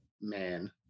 man